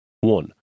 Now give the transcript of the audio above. One